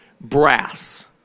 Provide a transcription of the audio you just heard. brass